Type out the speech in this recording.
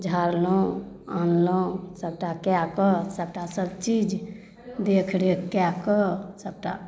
झाड़लहुँ आनलहुँ सबटा कए कऽ सबटा सब चीज देख रेख कए कऽ सबटा